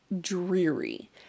dreary